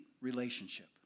relationship